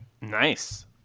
Nice